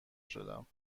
شدم